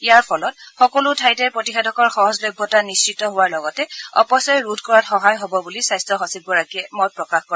ইয়াৰ ফলত সকলো ঠাইতে প্ৰতিষেধকৰ সহজ লভ্যতা নিশ্চিত হোৱাৰ লগতে অপচয় ৰোধ কৰাত সহায় হ'ব বুলি স্বাস্থ্য সচিবগৰাকীয়ে মত প্ৰকাশ কৰে